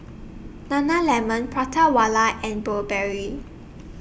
Nana Lemon Prata Wala and Burberry